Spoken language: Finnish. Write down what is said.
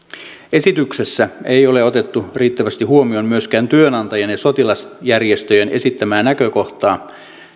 esityksessä ei ole otettu riittävästi huomioon myöskään sitä työnantajien ja sotilasjärjestöjen esittämää näkökohtaa